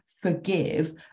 forgive